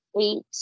eight